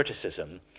criticism